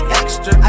extra